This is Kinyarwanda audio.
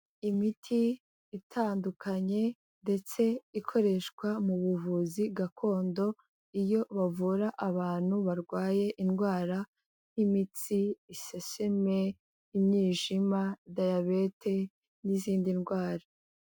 Imiti itandukanye ndetse ikoreshwa mu buvuzi gakondo, iyo bavura abantu barwaye indwara y'imitsi, iseseme, imyijima, diyabete n'izindi ndwara.